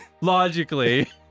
logically